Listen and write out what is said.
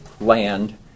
land